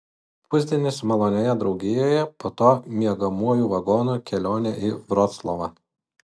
pusdienis malonioje draugijoje po to miegamuoju vagonu kelionė į vroclavą